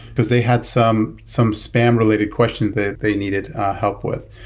because they had some some spam related questions that they needed help with.